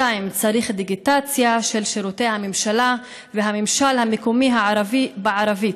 2. צריך דיגיטציה של שירותי הממשלה והממשל המקומי הערבי בערבית.